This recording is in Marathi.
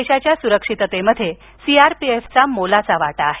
देशाच्या सुरक्षिततेत सीआरपीएफ चा मोलाचा वाटा आहे